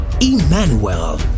Emmanuel